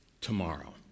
Tomorrow